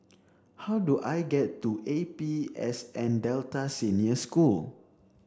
how do I get to A P S N Delta Senior School